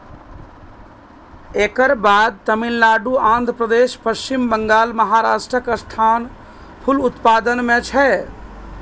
एकर बाद तमिलनाडु, आंध्रप्रदेश, पश्चिम बंगाल, महाराष्ट्रक स्थान फूल उत्पादन मे छै